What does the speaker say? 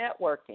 networking